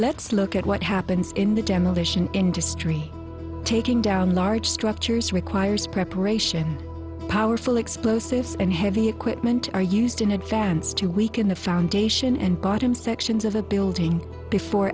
let's look at what happens in the demolition industry taking down large structures requires preparation powerful explosives and heavy equipment are used in advance to weaken the foundation and bottom sections of a building before